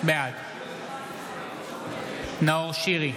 בעד נאור שירי,